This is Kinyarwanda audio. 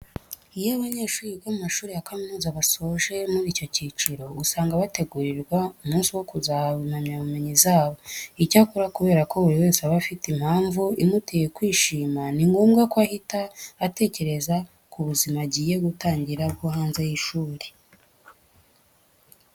Iyo abanyeshuri biga mu mashuri ya kaminuza basoje muri icyo cyiciro, usanga bategurirwa umunsi wo kuzahabwa impamyabumenyi zabo. Icyakora kubera ko buri wese aba afite impamvu imuteye kwishima, ni ngombwa ko ahita atekereza ku buzima agiye gutangira bwo hanze y'ishuri.